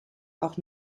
auch